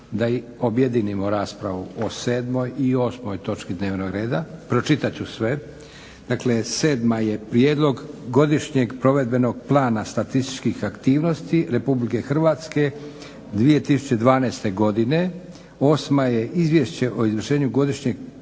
da objedinimo raspravu o 7. i 8. točci dnevnog reda. Pročitat ću sve. Dakle, 7. je prijedlog Godišnjeg provedbenog plana statističkih aktivnosti RH 2012. godine, 8. je Izvješće o izvršenju godišnjeg